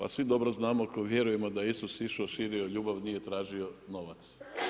A svi dobro znamo ako vjerujemo da je Isus išao, širio ljubav, nije tražio novac.